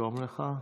תרשום לך.